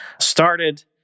started